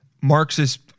Marxist